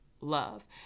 love